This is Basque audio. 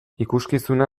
ikuskizuna